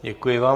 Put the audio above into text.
Děkuji vám.